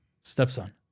stepson